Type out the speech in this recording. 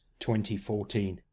2014